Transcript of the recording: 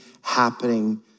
happening